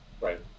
Right